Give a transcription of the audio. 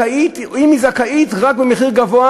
זכאית למעון, ואם היא זכאית זה רק במחיר גבוה?